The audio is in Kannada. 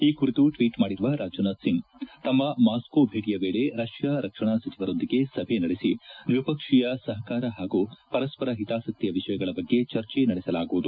ಈ ಕುರಿತು ಟ್ವೀಟ್ ಮಾಡಿರುವ ರಾಜನಾಥ್ ಸಿಂಗ್ ತಮ್ಮ ಮಾಸ್ಕೊ ಭೇಟಿಯ ವೇಳೆ ರಷ್ಯಾ ರಕ್ಷಣಾ ಸಚಿವರೊಂದಿಗೆ ಸಭೆ ನಡೆಸಿ ದ್ವಿಪಕ್ಷೀಯ ಸಹಕಾರ ಹಾಗೂ ಪರಸ್ಪರ ಹಿತಾಸಕ್ತಿಯ ವಿಷಯಗಳ ಬಗ್ಗೆ ಚರ್ಚಿ ನಡೆಸಲಾಗುವುದು